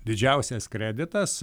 didžiausias kreditas